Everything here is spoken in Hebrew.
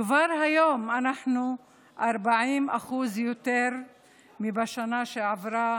כבר היום אנחנו 40% יותר מבשנה שעברה